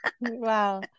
Wow